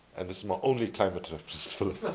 and this is my only climate reference, philip,